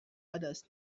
others